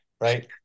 right